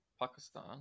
Pakistan